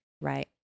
Right